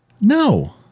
No